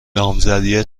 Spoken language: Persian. نامزدی